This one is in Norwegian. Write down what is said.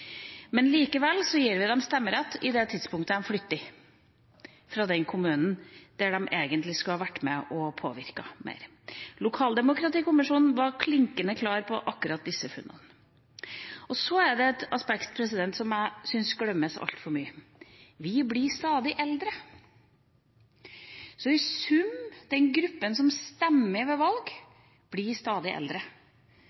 Likevel gir vi dem stemmerett på det tidspunktet da de flytter fra den kommunen der de egentlig skulle ha vært med og påvirket mer. Lokaldemokratikommisjonen var klinkende klar på akkurat disse funnene. Så er det et aspekt som jeg syns glemmes altfor mye: Vi blir stadig eldre. I sum blir den gruppa som stemmer ved valg,